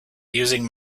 using